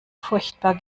furchtbar